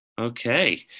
Okay